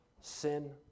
sin